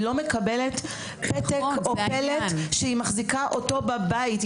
היא לא מקבלת פתק או פלט שהיא מחזיקה אותו בבית.